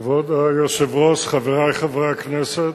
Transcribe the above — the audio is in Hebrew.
כבוד היושב-ראש, חברי חברי הכנסת,